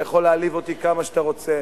אתה יכול להעליב אותי כמה שאתה רוצה,